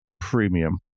premium